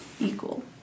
equal